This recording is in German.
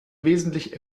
wesentlich